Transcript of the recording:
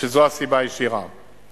שזו הסיבה הישירה להן: